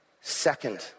Second